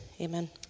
Amen